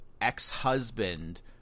ex-husband